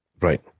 Right